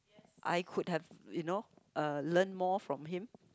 I could have you know uh learn more from him